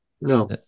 No